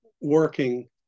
working